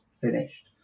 finished